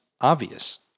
obvious